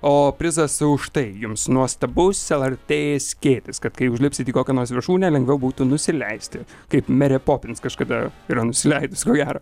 o prizas už tai jums nuostabus lrt skėtis kad kai užlipsit į kokią nors viršūnę lengviau būtų nusileisti kaip merė popins kažkada yra nusileidus ko gero